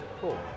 Cool